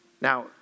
Now